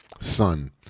son